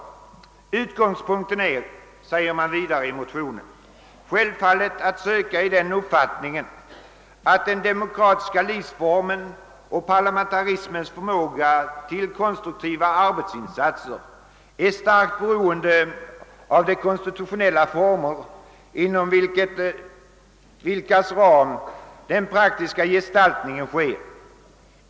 I motionen säges det vidare: »Utgångspunkten är självfallet att söka i den uppfattningen, att den demokratiska livsformen och parlamentarismens förmåga till konstruktiva arbetsinsatser är starkt beroende av de konstitutionella former, inom vilkas ram den praktiska gestaltningen sker.